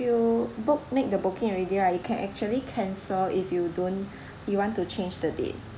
you book make the booking already right you can actually cancel if you don't you want to change the date